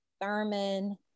Thurman